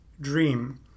dream